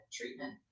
treatment